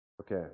Okay